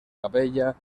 capella